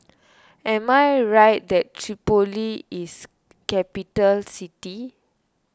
am I right that Tripoli is capital city